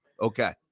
Okay